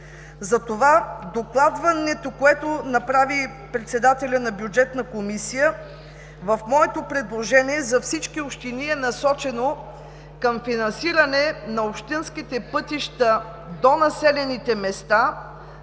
Затова докладването, което направи председателят на Бюджетната комисия в моето предложение за всички общини, е насочено към финансиране на общинските пътища до населените места,